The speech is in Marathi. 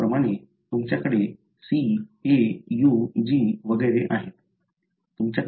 त्याचप्रमाणे तुमच्याकडे C A U G वगैरे आहेत